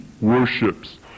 worships